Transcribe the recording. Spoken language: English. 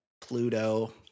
Pluto